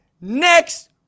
next